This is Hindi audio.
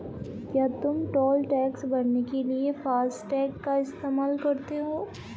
क्या तुम टोल टैक्स भरने के लिए फासटेग का इस्तेमाल करते हो?